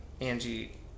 Angie